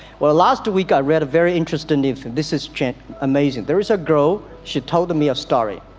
well, last week. i read a very interesting if this is chant amazing there is a girl she told me a story